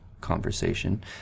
conversation